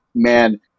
man